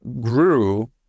grew